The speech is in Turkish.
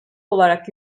olarak